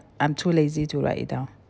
I'm too lazy to write it down